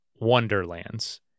Wonderlands